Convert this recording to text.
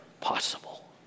possible